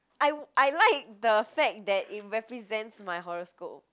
I I like the fact that it represents my horoscope